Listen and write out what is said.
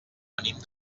venim